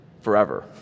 forever